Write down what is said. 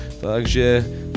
takže